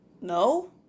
no